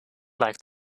like